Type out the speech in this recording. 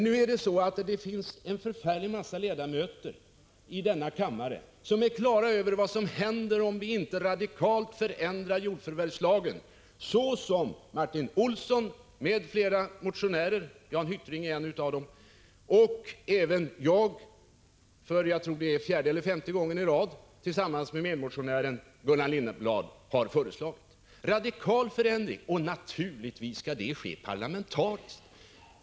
Nu finns det emellertid en förfärlig massa ledamöter i denna kammare som är på det klara med vad som händer, om vi inte radikalt förändrar jordförvärvslagen så som Martin Olsson m.fl. motionärer — Jan Hyttring är en av dem — och även jag för fjärde eller femte gången i rad tillsammans med min medmotionär Gullan Lindblad har föreslagit. Och naturligtvis skall det ske parlamentariskt.